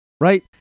right